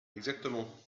exactement